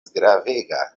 gravega